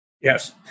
Yes